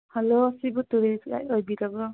hello ꯁꯤꯕꯨ tourist guide ꯑꯣꯏꯕꯤꯔꯕꯣ